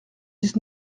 dix